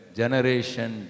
generation